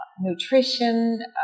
nutrition